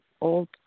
Old